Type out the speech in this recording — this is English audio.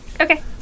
Okay